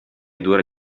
dura